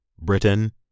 Britain